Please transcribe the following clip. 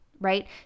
right